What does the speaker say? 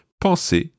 penser